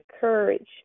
courage